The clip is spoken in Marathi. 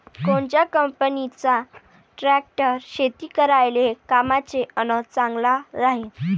कोनच्या कंपनीचा ट्रॅक्टर शेती करायले कामाचे अन चांगला राहीनं?